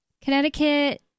Connecticut